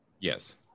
Yes